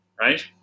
right